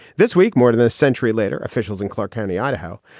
this week, more than a century later, officials in clark county, idaho,